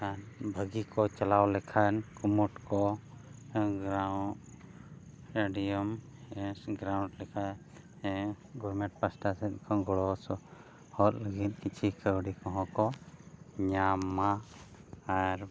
ᱠᱷᱟᱱ ᱵᱷᱟᱹᱜᱤ ᱠᱚ ᱪᱟᱞᱟᱣ ᱞᱮᱠᱷᱟᱱ ᱠᱩᱢᱩᱴ ᱠᱚ ᱥᱴᱮᱹᱰᱤᱭᱟᱢ ᱜᱨᱟᱣᱩᱱᱰ ᱞᱮᱠᱟ ᱦᱮᱸ ᱜᱚᱨᱢᱮᱱᱴ ᱯᱟᱦᱴᱟ ᱥᱮᱫ ᱠᱷᱚᱱ ᱜᱚᱲᱚ ᱥᱚᱯᱚᱦᱚᱫ ᱦᱚᱲ ᱞᱟᱹᱜᱤᱫ ᱠᱤᱪᱷᱤ ᱠᱟᱹᱣᱰᱤ ᱠᱚᱦᱚᱸ ᱠᱚ ᱧᱟᱢ ᱢᱟ ᱟᱨ